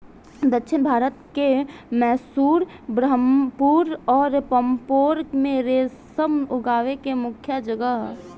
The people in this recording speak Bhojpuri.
दक्षिण भारत के मैसूर, बरहामपुर अउर पांपोर में रेशम उगावे के मुख्या जगह ह